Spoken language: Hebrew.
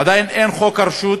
עדיין אין חוק הרשות,